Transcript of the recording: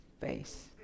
face